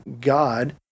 God